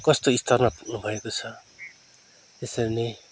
कस्तो स्तरमा पुग्नु भएको छ यसरी नै